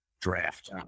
draft